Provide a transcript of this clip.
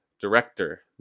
Director